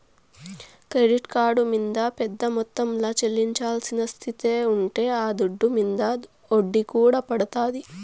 credit card మింద పెద్ద మొత్తంల చెల్లించాల్సిన స్తితే ఉంటే ఆ దుడ్డు మింద ఒడ్డీ కూడా పడతాది